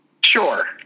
Sure